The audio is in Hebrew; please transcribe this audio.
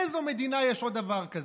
באיזו מדינה יש דבר כזה?